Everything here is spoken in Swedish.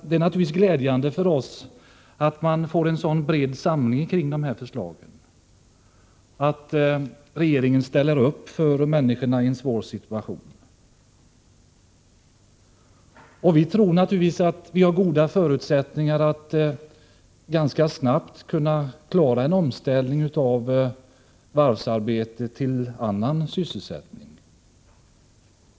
Det är naturligtvis glädjande att det finns en så bred samling kring dessa förslag och att regeringen ställer upp för människorna i en svår situation. Jag tror att det i Uddevalla finns goda förutsättningar att ganska snabbt kunna klara en omställning från varvsarbete till annan sysselsättning.